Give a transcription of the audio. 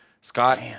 scott